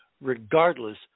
regardless